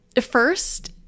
first